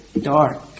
dark